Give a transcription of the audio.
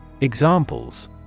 Examples